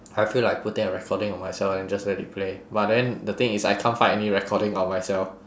I feel like putting a recording of myself and just let it play but then the thing is I can't find any recording of myself